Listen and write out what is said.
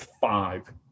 five